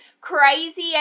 crazy